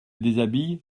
déshabille